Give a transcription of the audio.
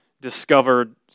discovered